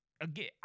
again